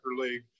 League